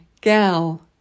gal